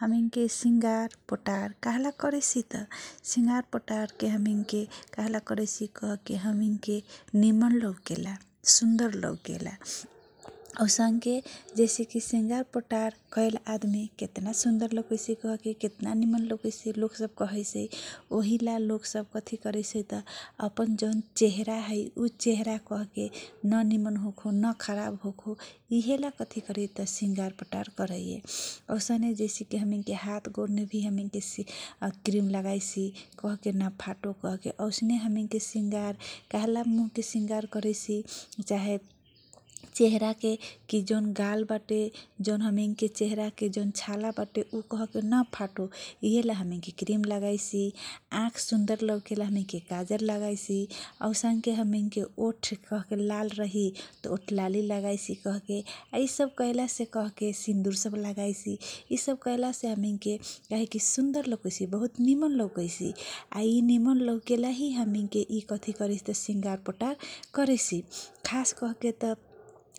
हमिन सिङगार पटार काहेला करैछि त सिङगार पटार काहेला करैछि कहके निमन लौकेला, सुन्दर लौकेला, औसनके जैसे कि सिङगार पटार कैल आदमी केतना सुन्दर लौकैछै कहके, केतना निमन लौकैछै कहके लोक सब कहैछै ओहिला लोग सब कथी करैछै त अपन जौन चेहरा है उः चेहरा नमिन होखो, नखराब होखो यिहेला कथी करैछै सिङगार पटार करैये । औसने जैसे कि हातगोर ने हमीनके क्रिम लगाइछि कहके नफाटो सिङगार मुखके सिङगार करैछि चाहे चेहेरा के गाल बाटे जौन हमैन चेहराके छाला बाटे नफाटो यिहेला हमैनके क्रिम लगाइछि, । आँख सुन्दर लौकी उहेला हमैनके गाजर लगाइछि । औसनके हमीनके ओठ लाल रही तँ ओठ लाली लगाइछि । यि सब कहेला से हमैनके सिन्दुर लगाइछि, काहेकि सुन्दर लौकैछै, निमन लौकैछै, आ यि निमन लौकेला यि हमीनके सिङगार पटार करैछि । खास करेके त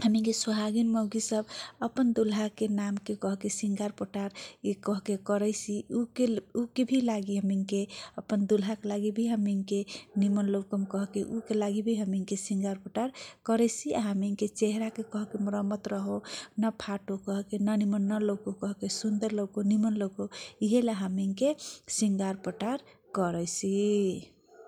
हमीन के सुहागीन मौगी सब अपन दुल्हाके नामके सिङगार पटार यि कहके करैछि, ऊ के लागि भि हमैन के, अपन दुल्हाके लागि भी निमन लौकम कहके ऊ के लागि भि हमैनके सिङगार पटार करैछि, चेहराके मर्मत रहो नफाटो कहके नलौको कहके यिहेला हमैनके सिङगार पटार करैसी ।